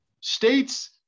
states